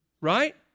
right